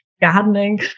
gardening